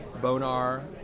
Bonar